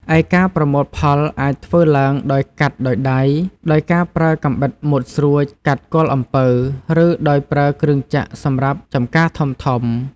ឯការប្រមូលផលអាចធ្វើឡើងដោយកាត់ដោយដៃ ដោយការប្រើកាំបិតមុតស្រួចកាត់គល់អំពៅ ឬដោយប្រើគ្រឿងចក្រសម្រាប់ចំការធំៗ។